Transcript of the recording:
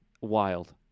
Wild